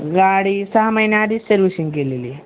गाडी सहा महिन्याआधी सर्विशिंग केलेली